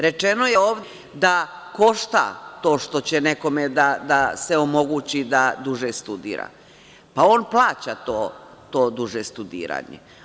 Rečeno je ovde i da košta to što će nekome da se omogući da duže studira, pa on plaća to duže studiranje.